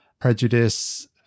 prejudice